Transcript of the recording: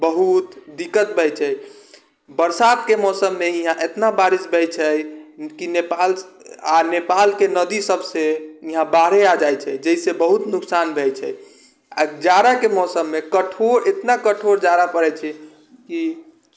बहुत दिक्कत होइ छै बरसातके मौसममे यहाँ इतना बारिश होइ छै कि नेपाल आओर नेपालके नदीसबसँ यहाँ बाढ़े आबि जाइ छै जाहिसँ बहुत नुकसान रहै छै आओर जाड़ाके मौसममे कठोर इतना कठोर जाड़ा पड़ै छै कि